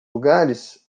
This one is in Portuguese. lugares